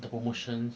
the promotion